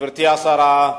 גברתי השרה,